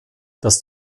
das